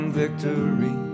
victory